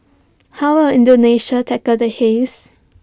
how will Indonesia tackle the haze